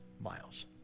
miles